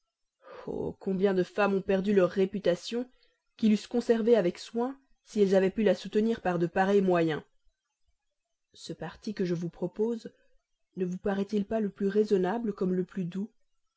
combien de femmes ont perdu leur réputation qui l'eussent conservée avec soin si elles avaient pu la soutenir par de pareils moyens ce parti que je vous propose ne vous paraît-il pas le plus raisonnable comme le plus doux